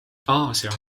aasia